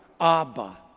Abba